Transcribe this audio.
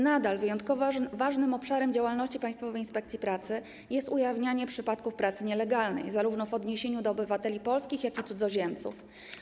Nadal wyjątkowo ważnym obszarem działalności Państwowej Inspekcji Pracy jest ujawnianie przypadków pracy nielegalnej, zarówno w przypadku obywateli polskich, jak i cudzoziemców.